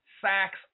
sacks